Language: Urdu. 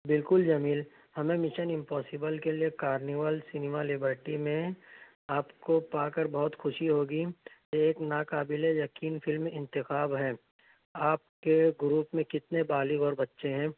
بالکل جمیل ہمیں مشن امپوسبل کے لئے کارنیول سنیما لبرٹی میں آپ کو پا کر بہت خوشی ہوگی ایک ناقابل یقین فلم انتخاب ہے آپ کے گروپ میں کتنے بالغ اور بچے ہیں